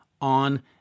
on